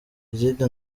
izindi